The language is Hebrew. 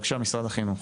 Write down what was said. בבקשה, משרד החינוך.